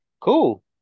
Cool